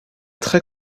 très